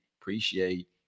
appreciate